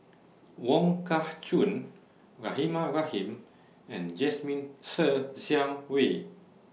Wong Kah Chun Rahimah Rahim and Jasmine Ser Xiang Wei